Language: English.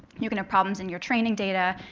you can have problems in your training data.